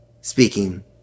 speaking